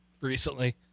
recently